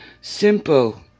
Simple